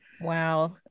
Wow